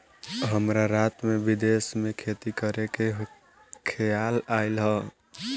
हमरा रात में विदेश में खेती करे के खेआल आइल ह